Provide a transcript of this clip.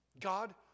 God